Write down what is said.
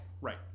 Right